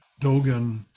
Dogen